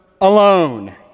alone